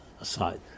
aside